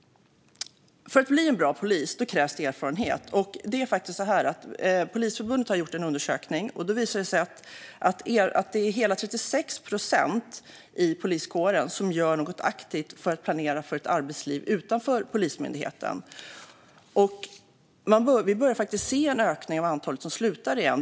För att bli en bra polis krävs erfarenhet. Polisförbundet har gjort en undersökning som visar att hela 36 procent av de anställda i poliskåren gör något aktivt för att planera för ett arbetsliv utanför Polismyndigheten. Vi börjar faktiskt åter att se en ökning av antalet som slutar.